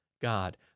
God